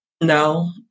No